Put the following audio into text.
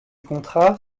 contrats